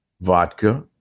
vodka